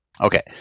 Okay